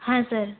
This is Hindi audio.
हाँ सर